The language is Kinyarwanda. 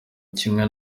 kimwe